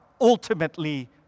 ultimately